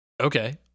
okay